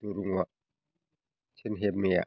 दुरुङा सेन हेबनाया